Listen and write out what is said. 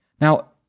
now